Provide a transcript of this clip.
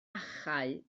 achau